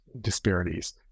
disparities